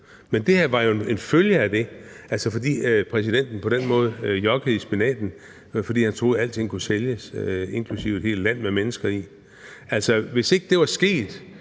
Men det her var jo en følge af, at præsidenten på den måde jokkede i spinaten, fordi han troede, at alting kunne sælges, inklusive et helt land med mennesker i. Hvis ikke det var sket,